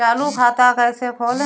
चालू खाता कैसे खोलें?